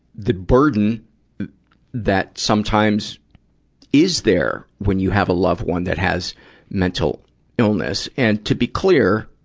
the burden that sometimes is there, when you have a loved one that has mental illness. and to be clear,